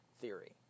theory